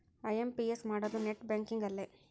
IMPS ಮಾಡೋದು net banking ಅಲ್ಲೆ